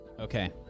okay